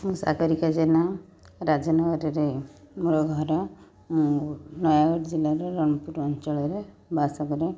ମୁଁ ସାଗରିକା ଜେନା ରାଜନଗରରେ ମୋର ଘର ନୟାଗଡ଼ ଜିଲ୍ଲାରେ ରଣପୁର ଅଞ୍ଚଳରେ ବାସ କରେ